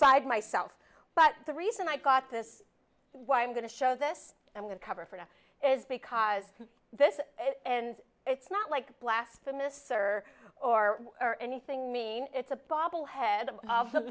five myself but the reason i got this why i'm going to show this i'm going to cover for now is because this and it's not like blasphemous or or or anything mean it's a bobble head